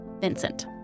Vincent